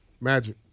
Magic